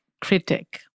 critic